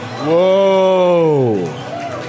Whoa